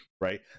right